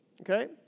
Okay